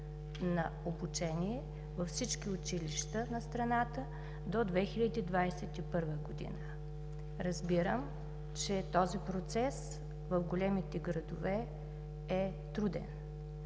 на обучение във всички училища на страната до 2021 г. Разбирам, че този процес в големите градове е труден.